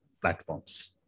platforms